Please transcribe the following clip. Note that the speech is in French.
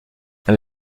elle